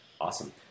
Awesome